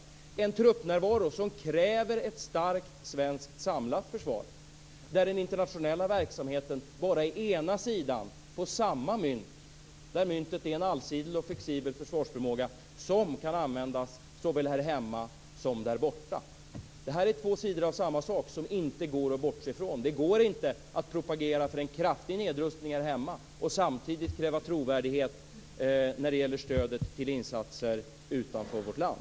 Det kräver ett starkt svenskt samlat försvar, där den internationella verksamheten bara är den ena sidan på ett och samma mynt och myntet en allsidig och flexibel försvarsförmåga som kan användas såväl här hemma som där borta. Det här är två sidor av samma sak, som inte går att bortse från. Det går inte att propagera för en kraftig nedrustning här hemma och samtidigt kräva trovärdighet när det gäller stödet till insatser utanför vårt land.